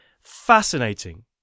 fascinating